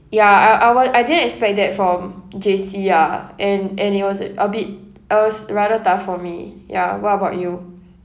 ya I I wa~ I didn't expect that from J_C ah and and it was uh a bit it was rather tough for me ya what about you